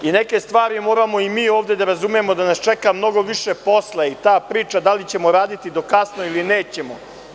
Neke stvari moramo i mi ovde da razumemo nas čeka mnogo više posla i ta priča da li ćemo raditi do kasno ili nećemo.